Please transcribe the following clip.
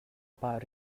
pah